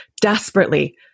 desperately